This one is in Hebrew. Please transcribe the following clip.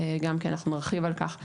ואנחנו נרחיב על כך בהמשך.